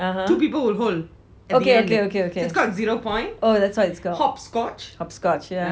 (uh huh) okay okay okay okay okay oh that's what it's called hopscotch yeah